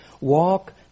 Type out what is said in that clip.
walk